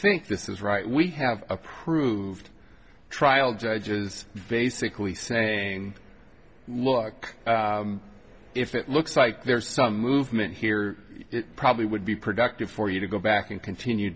think this is right we have approved trial judges basically saying look if it looks like there's some movement here it probably would be productive for you to go back and continue